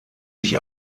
sich